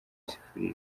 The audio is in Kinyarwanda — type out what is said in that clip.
isafuriya